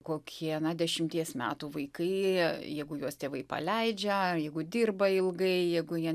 kokie na dešimties metų vaikai jeigu juos tėvai paleidžia jeigu dirba ilgai jeigu jie